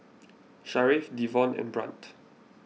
Sharif Devon and Brandt